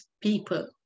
people